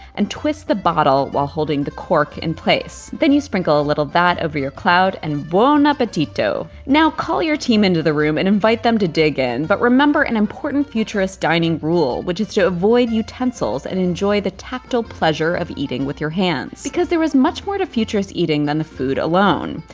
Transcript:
and twist the bottle while holding the cork in place. then you sprinkle a little of that over your cloud and buon appetito. now call your team into the room and invite them to dig in, but remember an important futurist dining rule, which is to avoid utensils and enjoy the tactile pleasure of eating with your hands. because there was much more to futurist eating than the food alone,